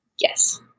Yes